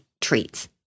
treats